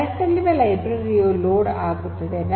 carrot ನಲ್ಲಿರುವ library ಯು load ಆಗುತ್ತದೆ